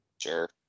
Sure